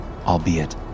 albeit